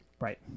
right